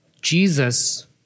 Jesus